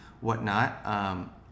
whatnot